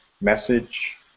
message